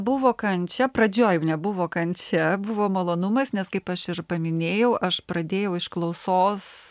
buvo kančia pradžioj nebuvo kančia buvo malonumas nes kaip aš ir paminėjau aš pradėjau iš klausos